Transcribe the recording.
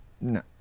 No